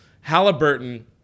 Halliburton